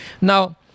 Now